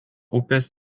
upės